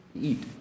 eat